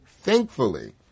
Thankfully